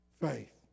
faith